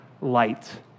light